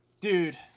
dude